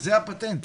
זה הפטנט.